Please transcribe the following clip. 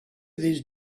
these